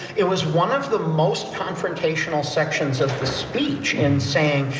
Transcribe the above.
it was one of the most confrontational sections of the speech and saying,